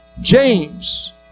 James